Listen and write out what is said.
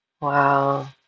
Wow